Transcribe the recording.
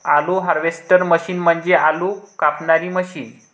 आलू harvester machine म्हणजे आलू कापणारी मशीन